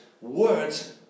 words